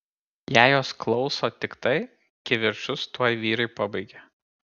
jei jos klauso tiktai kivirčus tuoj vyrai pabaigia